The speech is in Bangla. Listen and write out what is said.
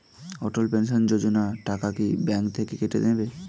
অটল পেনশন যোজনা টাকা কি ব্যাংক থেকে কেটে নেবে?